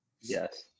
Yes